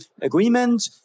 agreement